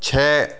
छः